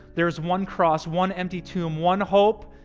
there is one cross, one empty tomb, one hope,